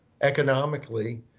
economically